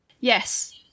Yes